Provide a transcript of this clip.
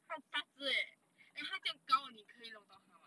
它很大子 leh and 它这样高你可以 liao 到它嘛